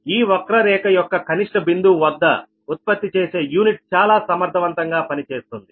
ఈ వక్రరేఖ యొక్క కనిష్ట బిందువు వద్ద ఉత్పత్తి చేసే యూనిట్ చాలా సమర్థవంతంగా పనిచేస్తుంది